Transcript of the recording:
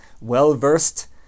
well-versed